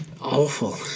awful